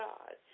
God